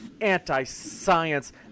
anti-science